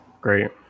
great